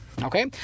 Okay